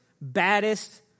baddest